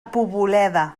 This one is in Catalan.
poboleda